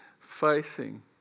facing